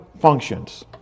functions